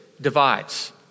divides